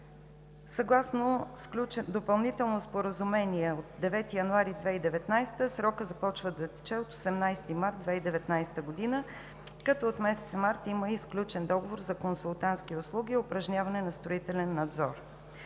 Съгласно допълнително споразумение от 9 януари 2019 г. срокът започва да тече от 18 март 2019 г., като от месец март има и сключен договор за консултантски услуги „Упражняване на строителен надзор“.